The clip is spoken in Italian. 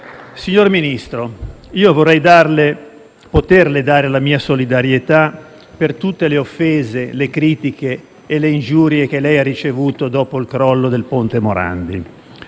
Signor Ministro io vorrei poterle dare la mia solidarietà per tutte le offese, le critiche e le ingiurie che lei ha ricevuto dopo il crollo del ponte Morandi.